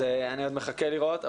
אז אני עוד מחכה לראות,